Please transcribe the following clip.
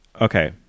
okay